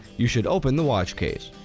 you should open the watch case.